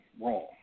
wrong